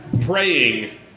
praying